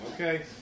okay